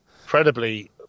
incredibly